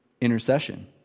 intercession